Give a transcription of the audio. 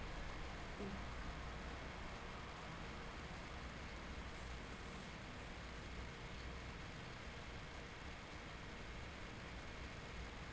mm